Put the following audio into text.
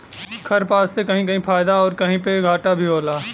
खरपात से कहीं कहीं फायदा आउर कहीं पे घाटा भी होला